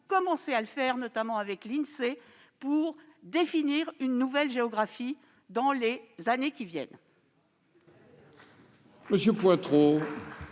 commencé à le faire, notamment avec l'Insee, pour définir une nouvelle géographie de la ruralité dans les années qui viennent.